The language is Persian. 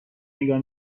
نگاه